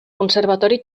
conservatori